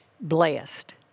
blessed